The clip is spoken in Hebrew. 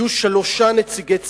יהיו שלושה נציגי ציבור.